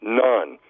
none